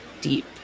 deep